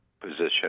position